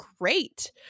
great